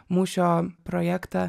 mūšio projektą